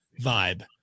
vibe